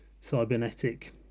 cybernetic